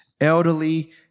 elderly